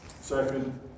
Second